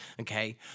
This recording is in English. Okay